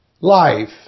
Life